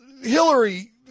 Hillary